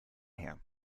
her